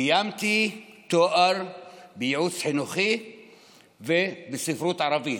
סיימתי תואר בייעוץ חינוכי ובספרות ערבית.